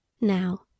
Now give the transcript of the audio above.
Now